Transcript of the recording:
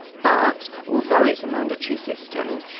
but although it's a mandatory system,